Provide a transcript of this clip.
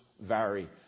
vary